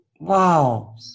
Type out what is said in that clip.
Wow